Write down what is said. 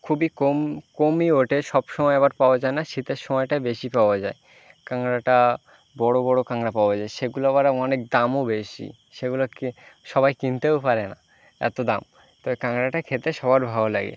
খুবই কম কমই ওঠে সবসময় আবার পাওয়া যায় না শীতের সময়টায় বেশি পাওয়া যায় কাঁকড়াটা বড় বড় কাঁকড়া পাওয়া যায় সেগুলো আবার অনেক দামও বেশি সেগুলোকে সবাই কিনতেও পারে না এত দাম তবে কাঁকড়াটা খেতে সবার ভালো লাগে